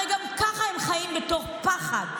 הרי גם ככה הם חיים בתוך פחד,